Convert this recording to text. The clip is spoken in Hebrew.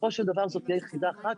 בסופו של דבר זו תהיה יחידה אחת.